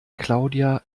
claudia